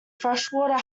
freshwater